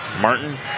Martin